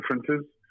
differences